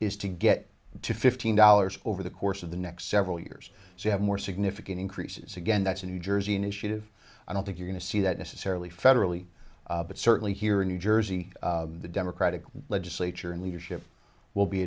is to get to fifteen dollars over the course of the next several years so you have more significant increases again that's a new jersey initiative i don't think you're going to see that necessarily federally but certainly here in new jersey the democratic legislature and leadership will be